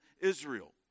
Israel